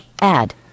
Add